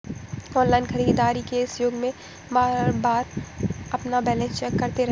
online खरीदारी के इस युग में बारबार अपना बैलेंस चेक करते रहना चाहिए